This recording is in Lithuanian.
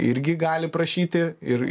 irgi gali prašyti ir